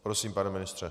Prosím, pane ministře.